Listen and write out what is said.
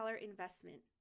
investment